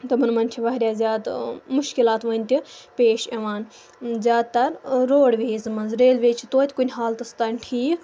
تِمَن منٛز چھِ واریاہ زیادٕ مُشکلات وٕنہِ تہِ پیش یِوان زیادٕ تر روڈ ویزَن منٛز ریلوے چھِ توتہِ کُنہِ حالتَس تانۍ ٹھیٖک